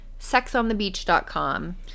sexonthebeach.com